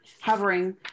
hovering